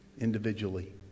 individually